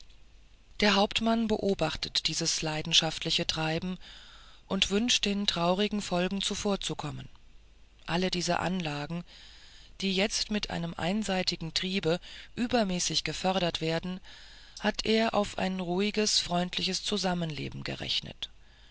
der hauptmann beobachtet dieses leidenschaftliche treiben und wünscht den traurigen folgen zuvorzukommen alle diese anlagen die jetzt mit einem einseitigen triebe übermäßig gefördert werden hatte er auf ein ruhig freundliches zusammenleben berechnet